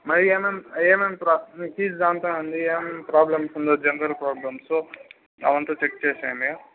మళ్ళీ ఏమేమి ఏమేమి ప్రాసెస్ ఏమేమి ప్రాబ్లెమ్స్ ఉందో జనరల్ ప్రాబ్లెమ్స్ అవి అంతా చెక్ చేసేయండి